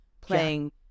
playing